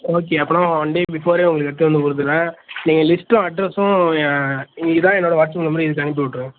okay அப்படினா one day பிஃபோரே உங்களுக்கு எடுத்துகிட்டு வந்து கொடுத்துடுறேன் நீங்கள் லிஸ்ட்டும் அட்ரஸ்ஸும் இதான் என்னோட வாட்ஸ்அப் நம்பர் இதுக்கு அனுப்பிவுட்டுருங்க